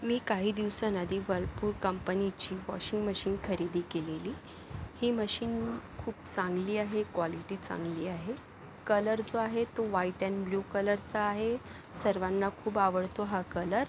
मी काही दिवसांआधी व्हरपूल कंपनीची वॉशिंग मशीन खरेदी केलेली ही मशीन खूप चांगली आहे क्वालिटी चांगली आहे कलर जो आहे तो व्हाइट अँड ब्ल्यू कलरचा आहे सर्वांना खूप आवडतो हा कलर